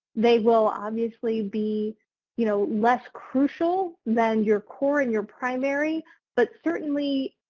they will obviously be you know less crucial than your core and your primary but certainly